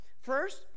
First